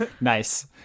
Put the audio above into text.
Nice